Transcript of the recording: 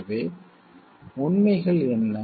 எனவே உண்மைகள் என்ன